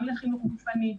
גם לחינוך גופני,